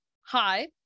hi